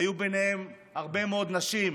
היו ביניהם הרבה מאוד נשים,